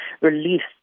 released